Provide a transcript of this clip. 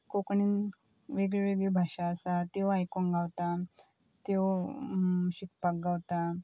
कोंकणीन वेगळ्यो वेगळ्यो भाशा आसा त्यो आयकोंक गावता त्यो शिकपाक गावता